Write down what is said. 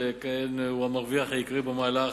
שכן הוא המרוויח העיקרי מהמהלך.